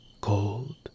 cold